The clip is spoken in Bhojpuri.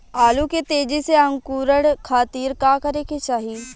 आलू के तेजी से अंकूरण खातीर का करे के चाही?